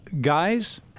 Guys